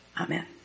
Amen